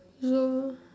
zoo